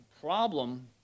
problem